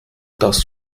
das